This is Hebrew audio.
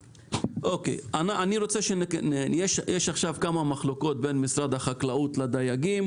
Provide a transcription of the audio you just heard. יש עכשיו כמה מחלוקות בין משרד החקלאות לבין הדייגים.